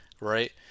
right